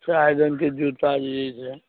चारि रङ्गके जूता जे अइसे